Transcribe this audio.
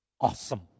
Awesome